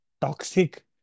Toxic